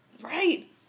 Right